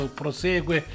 prosegue